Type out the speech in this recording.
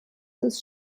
des